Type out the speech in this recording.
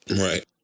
Right